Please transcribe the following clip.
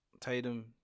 Tatum